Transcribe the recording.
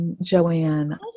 Joanne